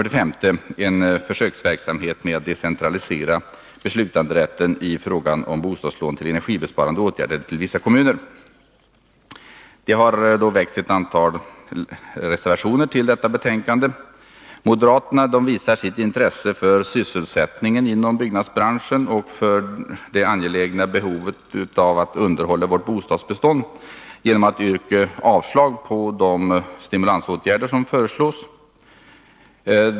Det har fogats ett antal reservationer till detta betänkande. Moderaterna visar sitt intresse för sysselsättningen inom byggnadsbranschen och för det angelägna behovet av att underhålla vårt bostadsbestånd genom att yrka avslag på de stimulansåtgärder som föreslås.